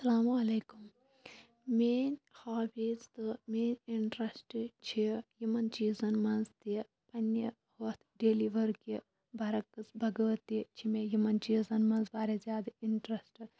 اَسَلامُ علیکُم میٲنۍ ہابیٖز تہٕ میٲنۍ اِنٹرسٹ چھِ یِمَن چیٖزَن مَنٛز تہِ پَننہِ ہُتھ ڈیلی ؤرکہِ برعکس بَغٲر تہِ چھِ مےٚ یِمَن چیٖزَن مَنٛز واریاہ زیادٕ اِنٹرسٹ